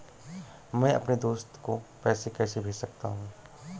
मैं अपने दोस्त को पैसे कैसे भेज सकता हूँ?